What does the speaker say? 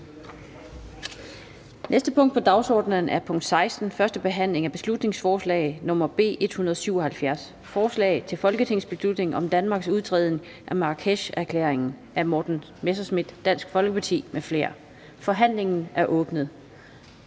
næste punkt på dagsordenen er: 16) 1. behandling af beslutningsforslag nr. B 177: Forslag til folketingsbeslutning om Danmarks udtræden af Marrakesherklæringen. Af Morten Messerschmidt (DF), m.fl. (Fremsættelse